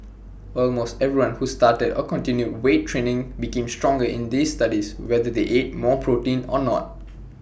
almost everyone who started or continued weight training became stronger in these studies whether they ate more protein or not